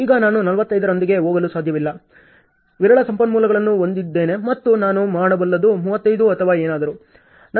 ಈಗ ನಾನು 45 ರೊಂದಿಗೆ ಹೋಗಲು ಸಾಧ್ಯವಿಲ್ಲದ ವಿರಳ ಸಂಪನ್ಮೂಲಗಳನ್ನು ಹೊಂದಿದ್ದೇನೆ ಮತ್ತು ನಾನು ಮಾಡಬಲ್ಲದು 35 ಅಥವಾ ಏನಾದರೂ